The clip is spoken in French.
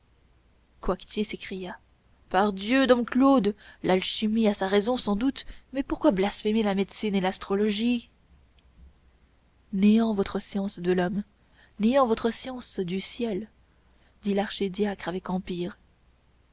coictier se récria pardieu dom claude l'alchimie a sa raison sans doute mais pourquoi blasphémer la médecine et l'astrologie néant votre science de l'homme néant votre science du ciel dit l'archidiacre avec empire